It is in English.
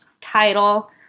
title